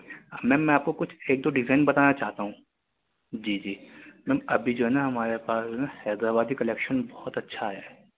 میم میں آپ کو کچھ ایک دو ڈیزائن بتانا چاہتا ہوں جی جی میم ابھی جو ہے نا ہمارے پاس حیدر آبادی کلیکشن بہت اچھا آیا ہے